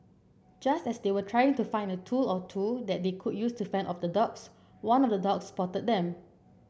just as they were trying to find a tool or two that they could use to fend off the dogs one of the dogs spotted them